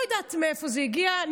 לא יודעת מאיפה זה הגיע.